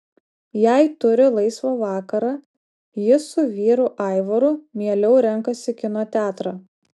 jei turi laisvą vakarą ji su vyru aivaru mieliau renkasi kino teatrą